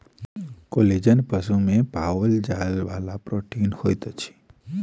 collagen पशु में पाओल जाइ वाला प्रोटीन होइत अछि